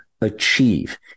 achieve